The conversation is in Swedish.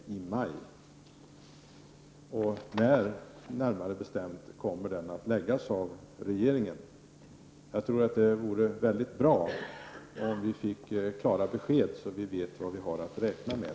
Kan statsrådet mer bestämt säga när denna proposition kommer att läggas fram av regeringen? Jag tror att det vore väldigt bra om vi fick klara besked så att vi vet vad vi har att räkna med.